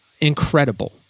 Incredible